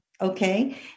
Okay